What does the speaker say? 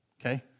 okay